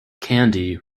candy